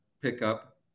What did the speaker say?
pickup